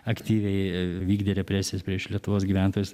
aktyviai vykdė represijas prieš lietuvos gyventojus